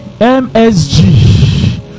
Msg